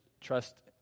trust